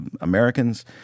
Americans